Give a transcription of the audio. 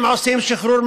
אם אסירים,